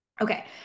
Okay